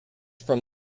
from